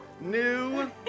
new